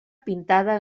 pintada